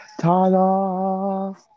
Tada